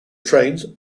trains